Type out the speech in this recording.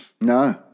No